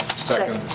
second.